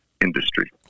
industry